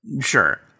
Sure